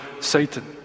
Satan